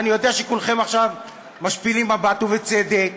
ואני יודע שכולכם עכשיו משפילים מבט, ובצדק,